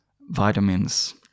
vitamins